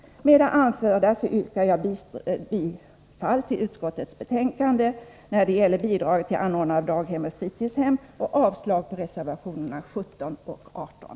Med det anförda yrkar jag bifall till utskottets hemställan beträffande bidrag till anordnande av daghem och fritidshem och avslag på reservationerna 17 och 18.